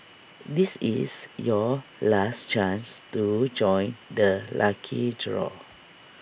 this is your last chance to join the lucky draw